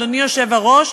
אדוני היושב-ראש,